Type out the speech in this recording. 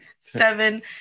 seven